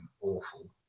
awful